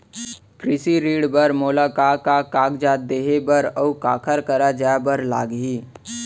कृषि ऋण बर मोला का का कागजात देहे बर, अऊ काखर करा जाए बर लागही?